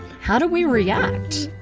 how do we react?